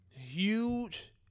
Huge